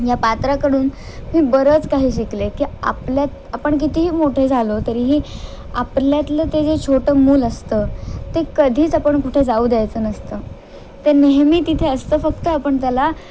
या पात्राकडून मी बरंच काही शिकले की आपल्यात आपण कितीही मोठे झालो तरीही आपल्यातलं ते जे छोटं मूल असतं ते कधीच आपण कुठे जाऊ द्यायचं नसतं ते नेहमी तिथे असतं फक्त आपण त्याला